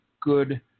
good